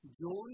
Join